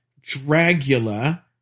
Dragula